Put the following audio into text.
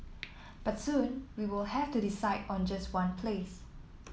but soon we will have to decide on just one place